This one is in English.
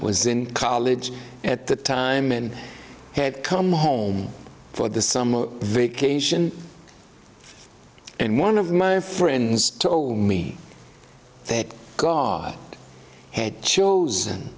was in college at the time and had come home for the summer vacation and one of my friends told me that god had chosen